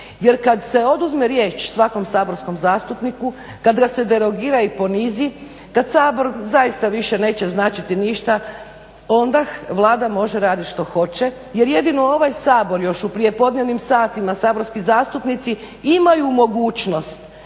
Jer kad se oduzme riječ svakom saborskom zastupniku, kad ga se derogira i ponizi, kad Sabor zaista više neće značiti ništa onda Vlada može raditi što hoće. Jer jedino ovaj Sabor još u prijepodnevnim satima saborski zastupnici imaju mogućnost